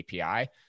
API